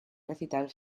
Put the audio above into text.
recital